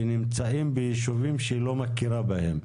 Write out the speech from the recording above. שנמצאים ביישובים שהיא לא מכירה בהם.